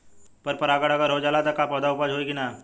पर परागण अगर हो जाला त का पौधा उपज होई की ना?